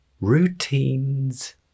Routines